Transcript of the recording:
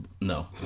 No